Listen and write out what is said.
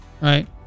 Right